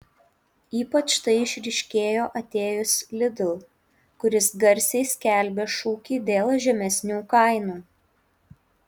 ypač tai išryškėjo atėjus lidl kuris garsiai skelbė šūkį dėl žemesnių kainų